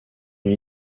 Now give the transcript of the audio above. une